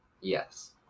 Yes